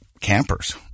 campers